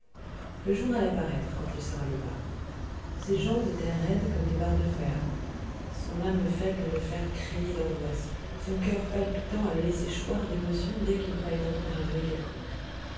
le jour allait paraître quand il se releva ses jambes étaient raides comme des barres de fer son âme faible à le faire crier d'angoisse son coeur palpitant à le laisser choir d'émotion dès qu'il croyait entendre un bruit quelconque